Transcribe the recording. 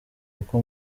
kuko